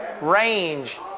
range